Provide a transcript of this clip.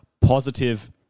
positive